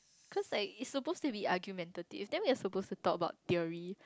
cause like it's suppose to be argumentative then we are suppose to talk about theory